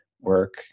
work